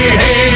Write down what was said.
hey